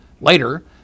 Later